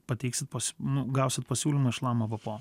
pateiksit nu gausit pasiūlymą iš lama bpo